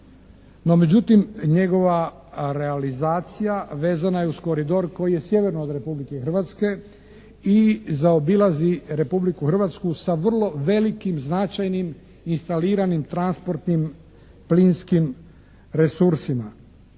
međutim njegova realizacija vezana je uz koridor koji je sjeverno od Republike Hrvatske i zaobilazi Republiku Hrvatsku sa vrlo velikim značajnim instaliranim transportnim plinskim resursima.